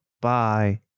Bye